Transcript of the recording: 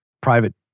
private